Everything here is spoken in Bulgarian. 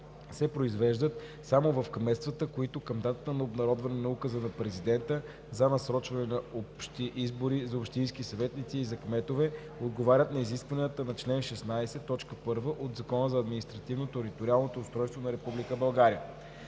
се произвеждат само в кметствата, които към датата на обнародване на указа на президента за насрочване на общи избори за общински съветници и за кметове отговарят на изискванията на чл. 16, т. 1 от Закона за административно-териториалното устройство на